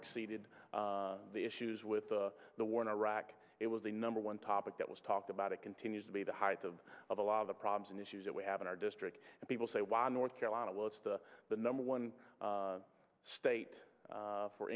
exceeded the issues with the the war in iraq it was the number one topic that was talked about it continues to be the heights of of a lot of the problems and issues that we have in our district and people say why north carolina well it's the number one state